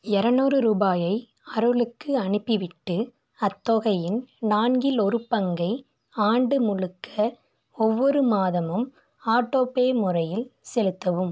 இரநூறு ருபாயை அருளுக்கு அனுப்பிவிட்டு அத்தொகையின் நான்கில் ஒரு பங்கை ஆண்டு முழுக்க ஒவ்வொரு மாதமும் ஆட்டோபே முறையில் செலுத்தவும்